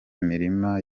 mirima